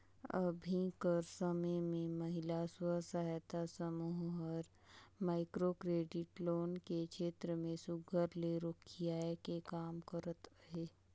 अभीं कर समे में महिला स्व सहायता समूह हर माइक्रो क्रेडिट लोन के छेत्र में सुग्घर ले रोखियाए के काम करत अहे